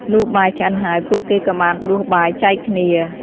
លុះបាយឆ្អិនហើយ ពួកគេក៏បានដួសបាយចែកគ្នា។